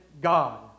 God